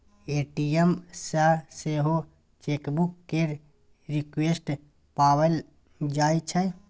ATM सँ सेहो chequebook केर रिक्वेस्ट पठाएल जाइ छै